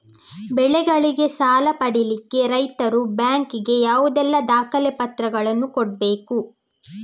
ಬೆಳೆಗಳಿಗೆ ಸಾಲ ಪಡಿಲಿಕ್ಕೆ ರೈತರು ಬ್ಯಾಂಕ್ ಗೆ ಯಾವುದೆಲ್ಲ ದಾಖಲೆಪತ್ರಗಳನ್ನು ಕೊಡ್ಬೇಕು?